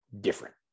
different